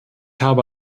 habe